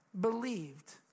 believed